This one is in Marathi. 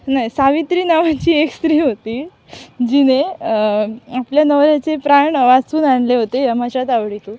नाही सावित्री नावाची एक स्त्री होती जिने आपल्या नवऱ्याचे प्राण वाचवून आणले होते यमाच्या तावडीतून